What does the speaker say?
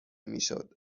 میشد